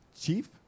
Chief